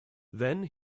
then